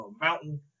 mountain